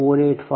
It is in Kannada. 02485 p